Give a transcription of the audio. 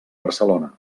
barcelona